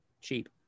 cheap